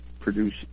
produce